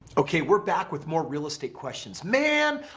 okay we're back with more realistic questions. man!